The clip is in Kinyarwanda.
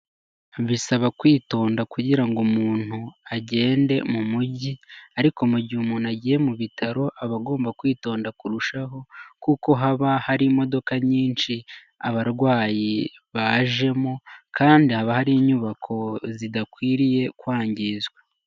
Bisaba kwitonda kugira ngo umuntu agende mu mujyi, ariko mu gihe umuntu agiye mu bitaro aba agomba kwitonda kurushaho kuko haba hari imodoka nyinshi abarwayi bajemo kandi haba hari inyubako zidakwiriye kwangizwa.